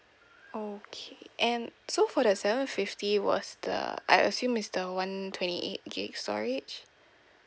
okay and so for the seven fifty was the I assume is the one twenty eight GIG storage